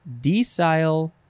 Decile